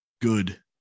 good